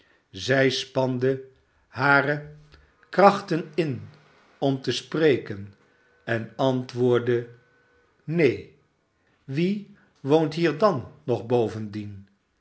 zij spande hare krachten in om te spreken en antwoordde neen wie woont hier dan nog bovendien